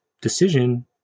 decision